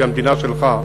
שהיא המדינה שלך,